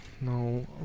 No